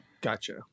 Gotcha